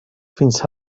fins